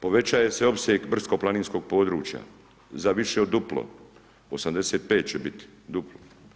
Povećava se opseg brdsko planinskog područja za više od duplo, 85 će biti, duplo.